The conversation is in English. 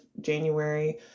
January